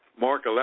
Mark